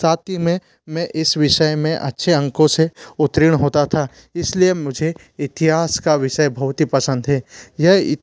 साथ ही में मैं इस विषय में अच्छे अंकों से उत्तीर्ण होता था इसलिए मुझे इतिहास का विषय बहुत ही पसन्द है यह